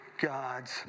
God's